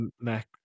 Mac